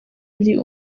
buri